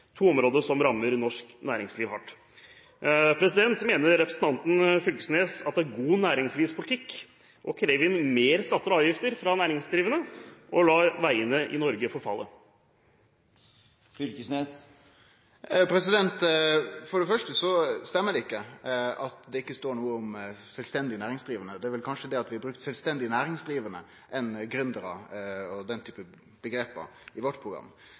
to områder som rammer norsk næringsliv hardt. Mener representanten Knag Fylkesnes at det er god næringslivspolitikk å kreve inn mer skatter og avgifter fra næringsdrivende og la veiene i Norge forfalle? For det første stemmer det ikkje at det ikkje står noko om sjølvstendig næringsdrivande. Det er vel kanskje det at vi har brukt «sjølvstendig næringsdrivande» framfor «gründarar» og den type omgrep i vårt program.